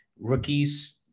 rookies